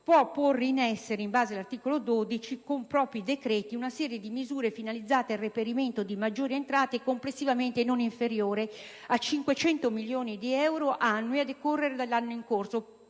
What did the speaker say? può porre in essere, in base all'articolo 12, con propri decreti, una serie di misure finalizzata al reperimento di maggiori entrate, complessivamente non inferiori a 500 milioni di euro annui a decorrere dall'anno in corso: